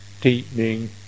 deepening